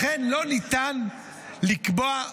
לכן לא ניתן לקבוע.